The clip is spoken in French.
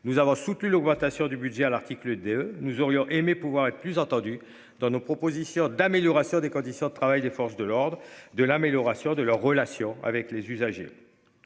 Nous avons soutenu l'augmentation du budget à l'article D E. Nous aurions aimé pouvoir être plus entendu dans nos propositions d'amélioration des conditions de travail des forces de l'ordre de l'amélioration de leurs relations avec les usagers.